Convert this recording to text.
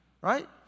Right